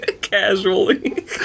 casually